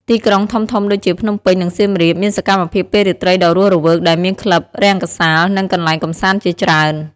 ទីក្រុងធំៗដូចជា ភ្នំពេញ និងសៀមរាប មានសកម្មភាពពេលរាត្រីដ៏រស់រវើក ដែលមានក្លឹប រង្គសាល និងកន្លែងកម្សាន្តជាច្រើន ។